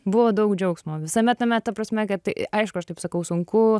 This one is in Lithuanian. buvo daug džiaugsmo visame tame ta prasme kad aišku aš taip sakau sunku